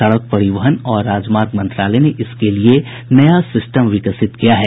सड़क परिवहन और राजमार्ग मंत्रालय ने इसके लिए नया सिस्टम विकसित किया है